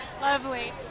Lovely